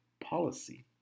Policy